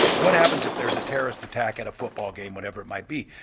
what happens if there's a terrorist attack at a football game, whatever it might be.